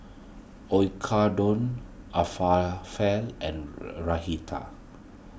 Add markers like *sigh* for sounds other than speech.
*unintelligible* and *unintelligible*